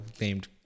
named